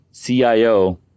CIO